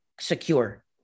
secure